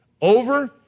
over